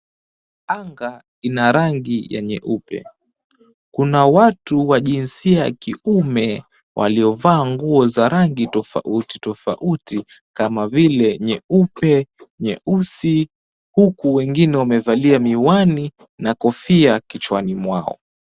Anga ina rangi ya nyeupe. Kuna watu wa jinsia ya kiume waliovaa nguo za rangi tofauti tofauti kama vile nyeupe, nyeusi, huku wengine wamevalia miwani na kofia kichwani mwao.